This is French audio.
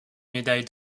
médaille